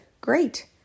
great